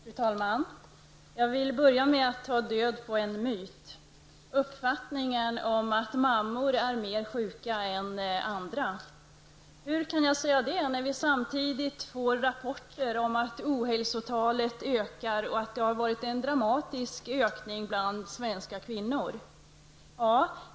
Fru talman! Jag vill börja med att ta död på en myt -- uppfattningen att mammor är mer sjuka än andra. Hur kan jag säga det när vi får rapporter om att ohälsotalet ökar och att det har skett en dramatisk ökning bland svenska kvinnor?